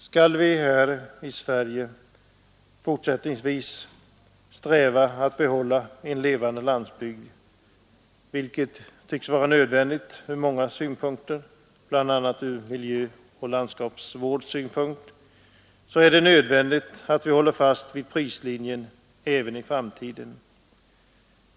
Skall vi här i Sverige även fortsättningsvis sträva efter att behålla en levande landsbygd, vilket är önskvärt bl.a. från miljöoch landskapsvårdssynpunkt, är det nödvändigt att vi håller fast vid prislinjen även i framtiden.